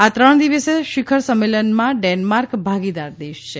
આ ત્રણ દિવસીય શિખર સંમેલનમાં ડેન્માર્ક ભાગીદાર દેશ છે